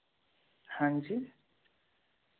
हाँ जी